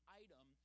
item